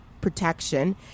Protection